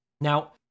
Now